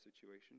situation